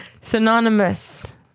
synonymous